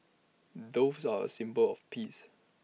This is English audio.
doves are A symbol of peace